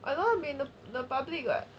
I don't want to be in the public lah